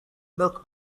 milk